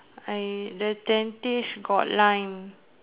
I the dentist got line